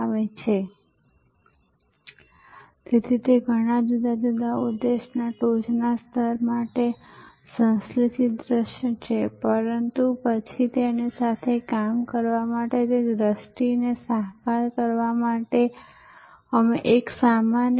અને જ્યારે હું એરપોર્ટ પર પહોંચું છું ત્યારે મને આશ્ચર્ય થયું આ વાસ્તવમાં આપણા એરપોર્ટ પર તૈનાત કરાયેલી ઓટોમેશન અને સ્વયં સેવા ટેક્નોલોજીથી આગળ છે